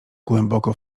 głęboko